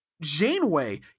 Janeway